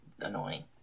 annoying